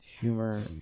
Humor